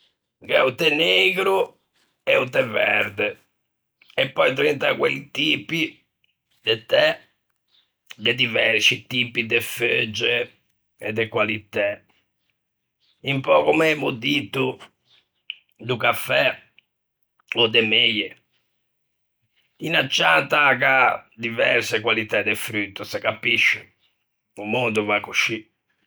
Gh'é o té neigro e o té verde, e pöi drento à quelli tipi de té gh'é diversci tipi de feugge e de qualitæ, un pö comme emmo dito do cafè, ò de meie: ògni cianta a gh'à diverse qualitæ de fruto, se capisce, o mondo o va coscì.